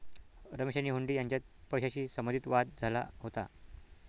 रमेश आणि हुंडी यांच्यात पैशाशी संबंधित वाद झाला होता